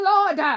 Lord